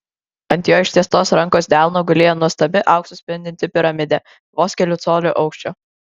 ant jo ištiestos rankos delno gulėjo nuostabi auksu spindinti piramidė vos kelių colių aukščio